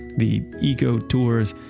the eco-tours,